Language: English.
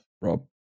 Rob